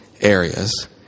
areas